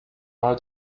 mal